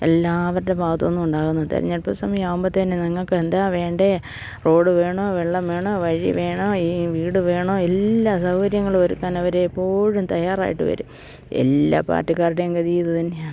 എല്ലാവരുടെ ഭാഗത്ത് നിന്നും ഉണ്ടാകുന്നത് തെരഞ്ഞെടുപ്പ് സമയം ആകുമ്പത്തേനും നിങ്ങൾക്ക് എന്താ വേണ്ടത് റോഡ് വേണോ വെള്ളം വേണോ വഴി വേണോ ഈ വീട് വേണോ എല്ലാ സൗകര്യങ്ങളും ഒരുക്കാൻ അവരെപ്പോഴും തയ്യാറായിട്ട് വരും എല്ലാ പാർട്ടിക്കാരുടെയും ഗതി ഇത് തന്നെയാണ്